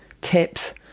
tips